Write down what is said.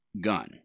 gun